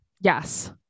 Yes